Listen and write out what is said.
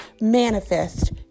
manifest